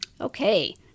Okay